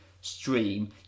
stream